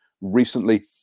recently